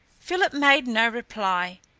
philip made no reply,